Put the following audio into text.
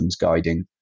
guiding